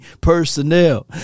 personnel